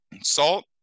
salt